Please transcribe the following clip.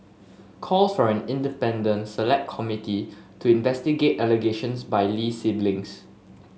calls for an independent select committee to investigate allegations by Lee siblings